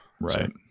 Right